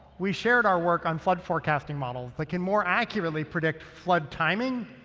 we shared our work on flood forecasting models that can more accurately predict flood timing,